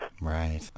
Right